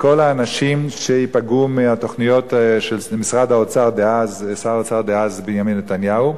לכל האנשים שייפגעו מהתוכניות של שר האוצר דאז בנימין נתניהו.